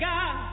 God